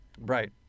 Right